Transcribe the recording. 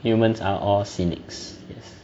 humans are all cynics yes